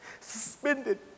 suspended